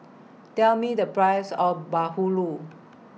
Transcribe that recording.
Tell Me The Price of Bahulu